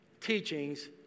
teachings